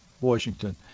Washington